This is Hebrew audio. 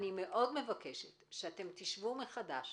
אני מאוד מבקשת שתשבו מחדש